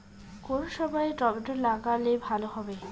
কোন সময় টমেটো লাগালে ভালো হবে?